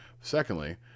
Secondly